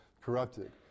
corrupted